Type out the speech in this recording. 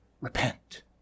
Repent